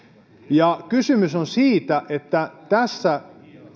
ja kysymys on siitä että tässä